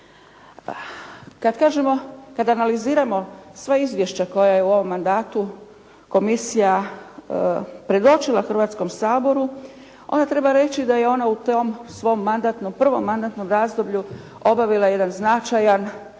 kada analiziramo sva izvješća koja je u ovom mandatu komisija predočila Hrvatskom saboru, onda treba reći da je ona u tom svom mandatnom, prvom mandatnom razdoblju obavila jedan značajan,